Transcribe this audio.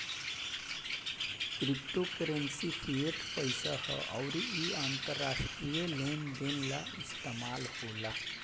crypto currency fiat पईसा ह अउर इ अंतरराष्ट्रीय लेन देन ला इस्तमाल होला